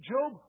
Job